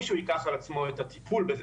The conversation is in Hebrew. כשמישהו ייקח על עצמו את הטיפול בזה,